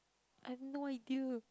I have no idea